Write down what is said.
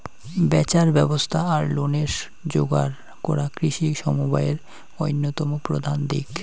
ব্যাচার ব্যবস্থা আর লোনের যোগার করা কৃষি সমবায়ের অইন্যতম প্রধান দিক